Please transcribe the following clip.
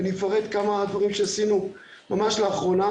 ואני אפרט כמה דברים שעשינו ממש לאחרונה